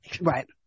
right